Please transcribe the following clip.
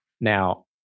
Now